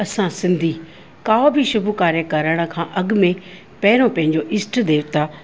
असां सिंधी कोई बि शुभ कार्य करण खां अॻु में पहिरियों पंहिंजो इष्ट देवता